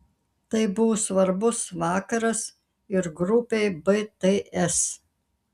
tai buvo svarbus vakaras ir grupei bts